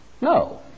No